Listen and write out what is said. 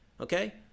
Okay